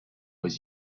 was